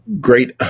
great